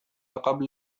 قبل